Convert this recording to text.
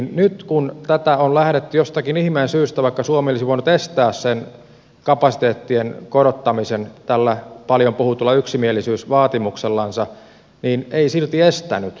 nyt kun tätä on lähdetty jostakin ihmeen syystä korottamaan niin vaikka suomi olisi voinut estää sen kapasiteettien korottamisen tällä paljon puhutulla yksimielisyysvaatimuksellansa niin se ei silti estänyt